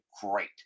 great